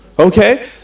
Okay